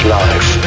life